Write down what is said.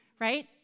right